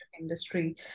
industry